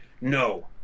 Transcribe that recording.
no